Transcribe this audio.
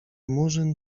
murzyn